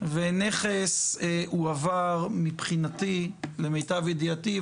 ונכס הועבר למיטב ידיעתי.